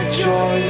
joy